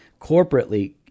corporately